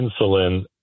insulin